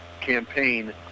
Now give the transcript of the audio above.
campaign